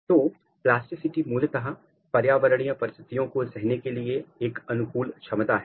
तो प्लास्टिसिटी मूलतः पर्यावरणीय परिस्थितियों को सहने के लिए एक अनुकूलन क्षमता है